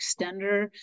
extender